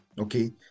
Okay